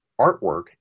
artwork